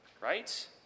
right